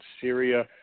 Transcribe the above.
Syria